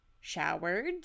showered